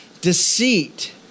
Deceit